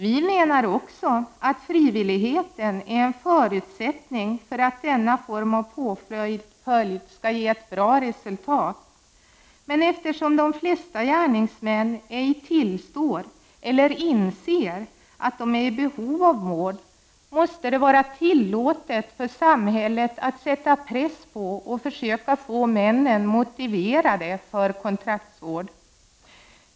Vi menar att frivilligheten är en förutsättning för att denna form av påföljd skall ge ett bra resultat. Eftersom de flesta gärningsmän ej tillstår eller inser att de är i behov av vård, måste det vara tillåtet för samhället att sätta press på och försöka få männen motiverade för kontraktsvård.